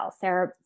Sarah